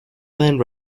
land